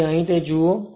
તેથી જો તે અહીં જુઓ